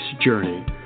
journey